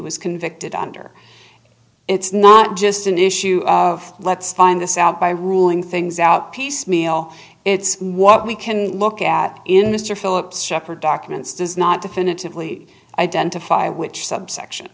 was convicted under it's not just an issue of let's find this out by ruling things out piecemeal it's what we can look at in this your philips shepard documents does not definitively identify which subsection